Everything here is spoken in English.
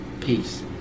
Peace